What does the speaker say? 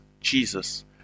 Jesus